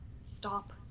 Stop